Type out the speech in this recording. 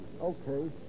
Okay